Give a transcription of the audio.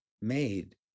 made